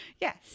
Yes